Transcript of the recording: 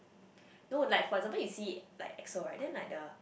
no like for example you see it like EXO right then like the